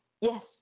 Yes